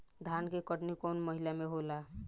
धान के कटनी कौन महीना में होला?